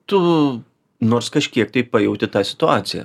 tu nors kažkiek tai pajauti tą situaciją